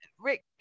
Rick